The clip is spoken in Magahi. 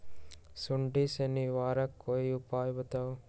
सुडी से निवारक कोई उपाय बताऊँ?